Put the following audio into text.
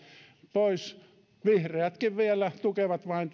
pois vihreätkin vielä vain